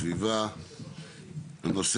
שלום לכולם אני פותח את ישיבת ועדת הפנים והגנת הסביבה הנושא